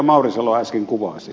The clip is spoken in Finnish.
mauri salo äsken kuvasi